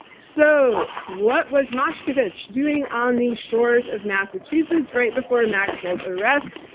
so what was mashkevich doing on the shores of massachusetts right before maxwell's arrest?